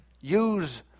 Use